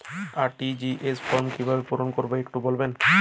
RTGS form কিভাবে পূরণ করবো একটু বলবেন?